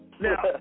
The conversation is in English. Now